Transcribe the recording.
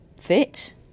fit